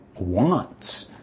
wants